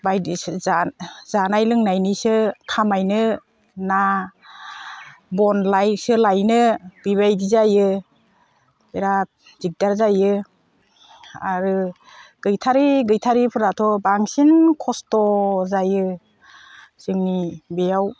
बायदि जानाय लोंनायनिसो खामायनो ना बन लाइसो लायनो बेबायदि जायो बिराद दिग्दार जायो आरो गैथारि गैथारिफोराथ' बांसिन खस्थ' जायो जोंनि बेयाव